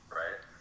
right